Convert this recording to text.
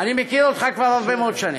אני מכיר אותך כבר הרבה מאוד שנים,